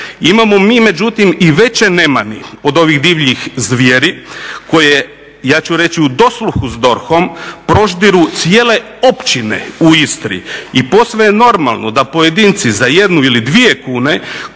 Imamo mi međutim i veće nemani od ovih divljih zvijeri koje, ja ću reći u dosluhu sa DORH-om proždiru cijele općine u Istri. I posve je normalno da pojedinci za jednu ili dvije kune